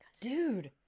Dude